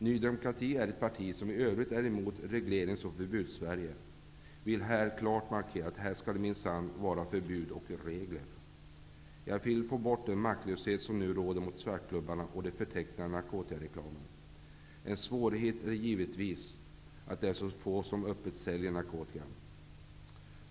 Ny demokrati, som är ett parti som i övrigt är emot Reglerings och förbudssverige, vill här klart markera att här skall det minsann vara förbud och regler. Jag vill få bort den maktlöshet som nu råder mot svartklubbarna och den förtäckta narkotikareklamen. En svårighet är givetvis att det är så få som öppet säljer narkotika.